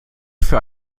für